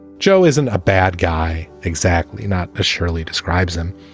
joe isn't a bad guy. exactly, not as shirley describes him.